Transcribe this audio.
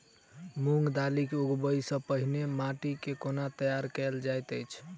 मूंग दालि केँ उगबाई सँ पहिने माटि केँ कोना तैयार कैल जाइत अछि?